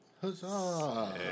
Huzzah